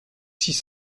six